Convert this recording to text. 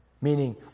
Meaning